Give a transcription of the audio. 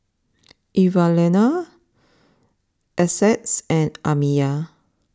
Evalena Essex and Amiya